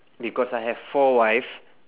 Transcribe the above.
because I have four wife